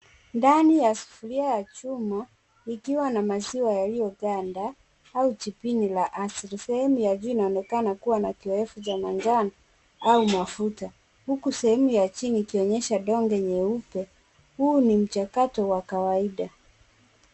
Ndani ya sufuria ya chuma ikiwa na maziwa yaliyoganda au jipini la asili. Sehemu ya juu inaonekana kuwa na kiowevu cha manjano au mafuta huku sehemu ya chini ikionyesha donge nyeupe. Huu ni mchakato wa kawaida.